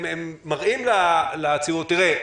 מראים לציבור תראה,